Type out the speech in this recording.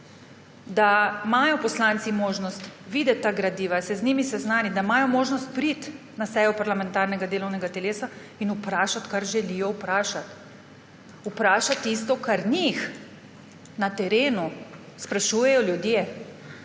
da imajo poslanci možnost videti ta gradiva, se z njimi seznaniti, da imajo možnost priti na sejo parlamentarnega delovnega telesa in vprašati, kar želijo vprašati. Vprašat tisto, kar njih na terenu sprašujejo ljudje,